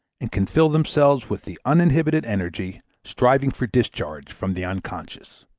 and can fill themselves with the uninhibited energy, striving for discharge from the unconscious.